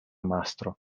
mastro